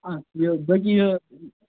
بٲقٕے یہِ